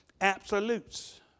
absolutes